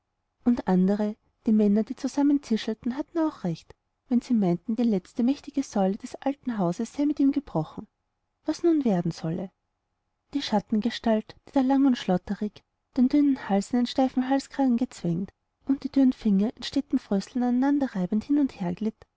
und andere die männer die zusammen zischelten hatten auch recht wenn sie meinten die letzte mächtige säule des alten hauses sei mit ihm gebrochen was nun werden solle die schattengestalt die da lang und schlotterig den dünnen hals in einen steifen halskragen gezwängt und die dürren finger in stetem frösteln aneinander reibend hin und her glitt